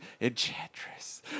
Enchantress